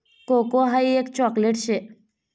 cocoa हाई एक chocolate शे